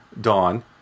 Dawn